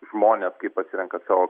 žmones kaip atsirenka savo